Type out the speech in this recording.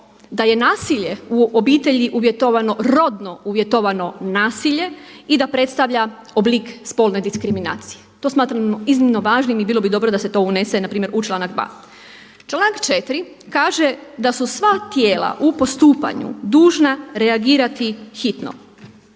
da je nasilje u obitelji uvjetovano, rodno uvjetovano nasilje i da predstavlja oblik spolne diskriminacije. To smatramo iznimno važnim i bilo bi dobro da se to unese npr. u članak 2. Članak 4. kaže da su sva tijela u postupanju dužna reagirati hitno.